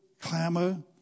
clamor